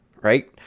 right